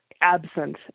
absent